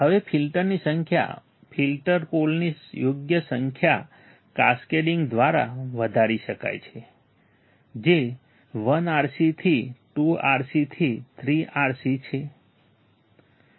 હવે ફિલ્ટર્સની સંખ્યા ફિલ્ટર પોલની યોગ્ય સંખ્યા કાસ્કેડિંગ દ્વારા વધારી શકાય છે જે 1 RC થી 2 RC થી 3 RC છે